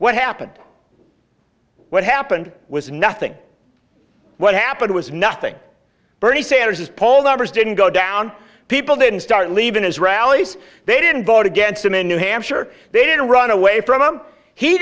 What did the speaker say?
what happened what happened was nothing what happened was nothing bernie sanders his poll numbers didn't go down people didn't start leaving his rallies they didn't vote against him in new hampshire they didn't run away from him he